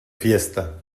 fiesta